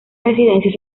residencias